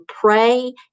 pray